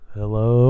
Hello